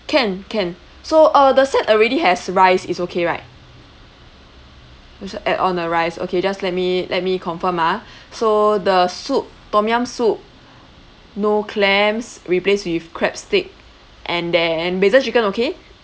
can can so uh the set already has rice it's okay right just add on a rice okay just let me let me confirm ah so the soup tom-yum soup no clams replace with crab stick and then basil chicken okay